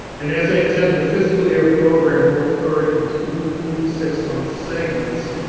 and as i said, the fiscal year program will occur in two two six-months segments,